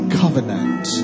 covenant